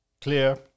clear